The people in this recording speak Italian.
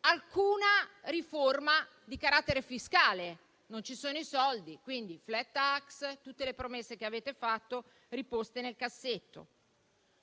alcuna riforma di carattere fiscale. Non ci sono i soldi: quindi, la *flat tax* e tutte le promesse che avete fatto riposte nel cassetto.